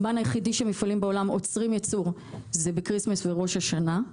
הזמן היחידי שמפעלים בעולם עוצרים ייצור זה בקריסמס ובראש השנה.